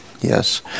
Yes